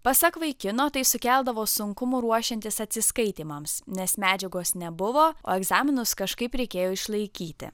pasak vaikino tai sukeldavo sunkumų ruošiantis atsiskaitymams nes medžiagos nebuvo o egzaminus kažkaip reikėjo išlaikyti